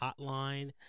Hotline